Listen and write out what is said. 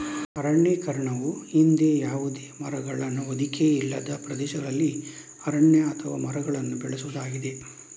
ಅರಣ್ಯೀಕರಣವು ಹಿಂದೆ ಯಾವುದೇ ಮರಗಳ ಹೊದಿಕೆ ಇಲ್ಲದ ಪ್ರದೇಶದಲ್ಲಿ ಅರಣ್ಯ ಅಥವಾ ಮರಗಳನ್ನು ಬೆಳೆಸುವುದಾಗಿದೆ